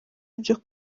byo